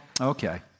Okay